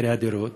מחירי הדירות.